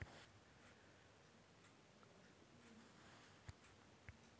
नकदी फसलें किस सीजन में अच्छी पैदावार देतीं हैं?